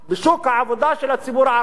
בשוק העבודה של הציבור הערבי.